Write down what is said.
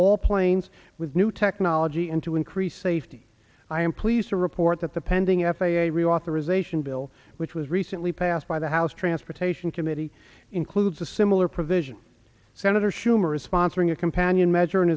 all planes with new technology and to increase safety i am pleased to report that the pending f a a reauthorization bill which was recently passed by the house transportation committee includes a similar provision senator schumer is sponsoring a companion measure